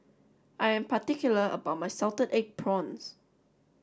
I am particular about my Salted Egg Prawns